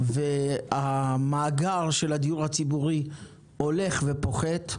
והמאגר של הדיור הציבורי הולך ופוחת,